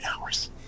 hours